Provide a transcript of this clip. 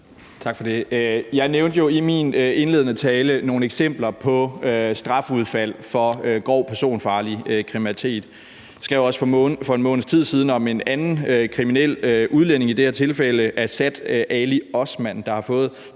Tak for det. Jeg nævnte i min begrundelse for forslaget jo nogle eksempler på strafudfald for grov personfarlig kriminalitet. Jeg skrev også for en måneds tid siden om en anden kriminel udlænding, Asad Ali Osman, der i det